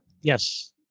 Yes